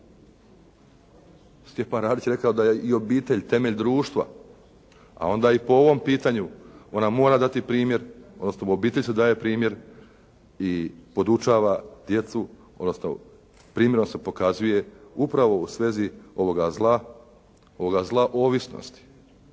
Stjepan radić je rekao da je i obitelj temelj društva, a onda i po ovom pitanju ona mora dati primjer, odnosno u obitelji se daje primjer i podučava djecu, odnosno primjerom se pokazuje upravo u svezi ovoga zla ovisnosti